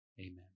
Amen